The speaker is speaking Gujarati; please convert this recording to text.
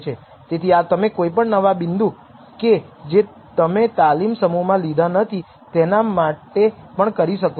તેથી આ તમે કોઈપણ નવા બિંદુ કે જે તમે તાલીમ સમૂહમાં લીધા નથી તેના માટે પણ કરી શકો છો